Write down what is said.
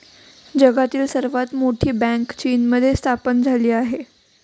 जगातील सर्वात मोठी बँक चीनमध्ये स्थापन झाली आहे